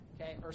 Okay